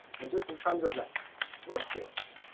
and just in terms of the workforce,